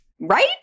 Right